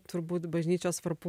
turbūt bažnyčios varpų